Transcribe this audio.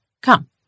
Come